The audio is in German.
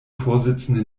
vorsitzende